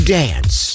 dance